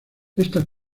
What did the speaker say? estas